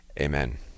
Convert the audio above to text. amen